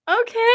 Okay